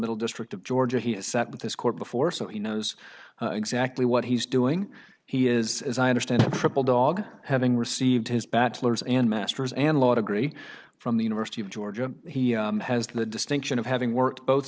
middle district of georgia he has sat with this court before so he knows exactly what he's doing he is as i understand triple dog having received his bachelor's and master's and lot agree from the university of georgia he has the distinction of having worked both